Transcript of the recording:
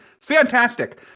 Fantastic